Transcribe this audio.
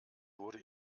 wurde